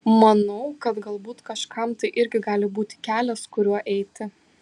manau kad galbūt kažkam tai irgi gali būti kelias kuriuo eiti